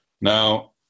Now